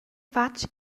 fatg